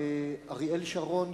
אריאל שרון,